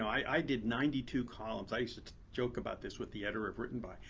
i did ninety two columns. i used to joke about this with the editor of written by.